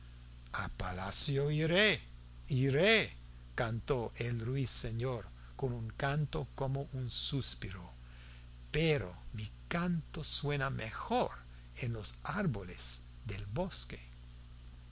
a palacio iré iré cantó el ruiseñor con un canto como un suspiro pero mi canto suena mejor en los árboles del bosque